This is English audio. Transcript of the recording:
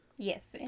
yes